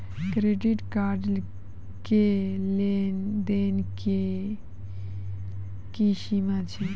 Credit card के लेन देन के की सीमा छै?